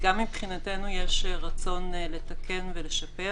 גם מבחינתנו יש רצון לתקן ולשפר.